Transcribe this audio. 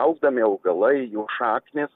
augdami augalai jų šaknys